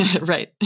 Right